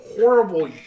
horrible